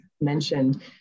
mentioned